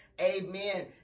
amen